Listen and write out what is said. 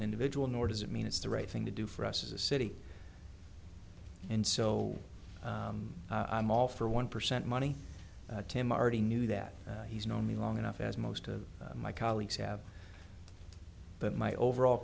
an individual nor does it mean it's the right thing to do for us as a city and so i'm all for a one percent money to marty knew that he's known me long enough as most of my colleagues have but my overall